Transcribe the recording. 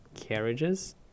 carriages